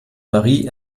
marie